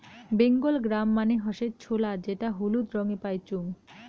Bengal gram মানে হসে ছোলা যেটা হলুদ রঙে পাইচুঙ